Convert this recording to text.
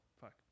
Fuck